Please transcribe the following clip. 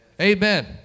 Amen